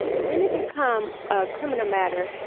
when it become a criminal matter,